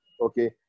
Okay